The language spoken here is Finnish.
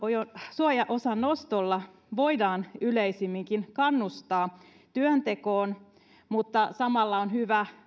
suojaosan nostolla voidaan yleisemminkin kannustaa työntekoon mutta samalla on hyvä